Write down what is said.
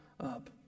up